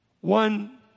one